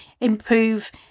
improve